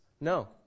No